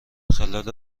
خلال